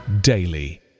daily